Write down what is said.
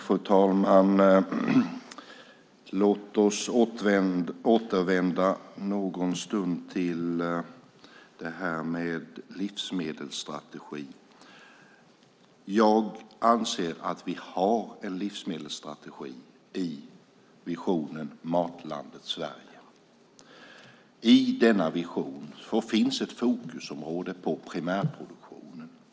Fru talman! Låt oss återvända någon stund till det här med livsmedelsstrategi. Jag anser att vi har en livsmedelsstrategi i visionen Matlandet Sverige. I denna vision är fokus på primärproduktionen.